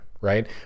right